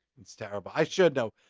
it's terrible. i should though.